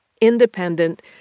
independent